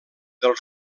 del